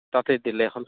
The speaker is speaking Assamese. তাতেই দিলেই হ'ল